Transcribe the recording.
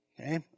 okay